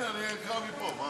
הנה, אני אקרא מפה.